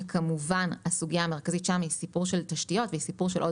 שכמובן הסוגיה המרכזית שם היא סיפור של תשתיות וסיפור של עוד